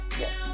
yes